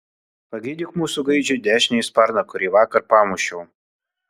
pagydyk mūsų gaidžiui dešinį sparną kurį vakar pamušiau